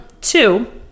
two